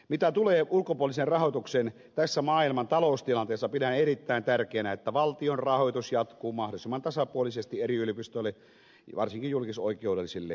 mitä tulee ulkopuoliseen rahoitukseen tässä maailman taloustilanteessa pidän erittäin tärkeänä että valtion rahoitus jatkuu mahdollisimman tasapuolisesti eri yliopistoille varsinkin julkisoikeudellisille